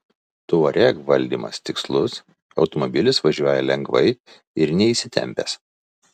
touareg valdymas tikslus automobilis važiuoja lengvai ir neįsitempęs